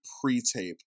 pre-tape